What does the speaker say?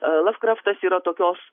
laf kraftas yra tokios